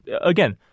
Again